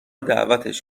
دعوتش